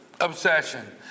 obsession